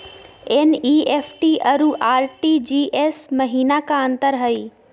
NEFT अरु RTGS महिना का अंतर हई?